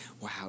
Wow